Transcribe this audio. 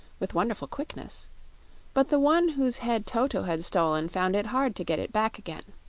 with wonderful quickness but the one whose head toto had stolen found it hard to get it back again.